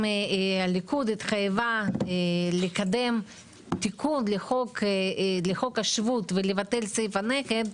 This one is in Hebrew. אם הליכוד התחייבה לקדם תיקון לחוק השבות ולבטל את סעיף הנכד,